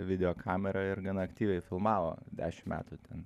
videokamerą ir gan aktyviai filmavo dešim metų ten